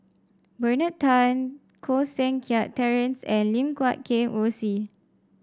Bernard Tan Koh Seng Kiat Terence and Lim Guat Kheng Rosie